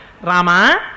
rama